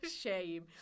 Shame